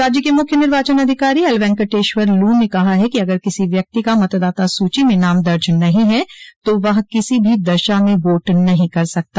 राज्य के मुख्य निर्वाचन अधिकारी एल वेंकटेश्वर लू ने कहा है कि अगर किसी व्यक्ति का मतदाता सूची में नाम दर्ज नहीं हैं तो वह किसी भी दशा में वोट नहीं कर सकता